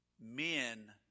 men